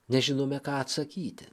nežinome ką atsakyti